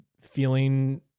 feeling